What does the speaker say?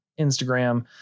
Instagram